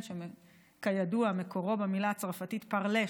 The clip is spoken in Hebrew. שכידוע מקורו במילה הצרפתית Parler,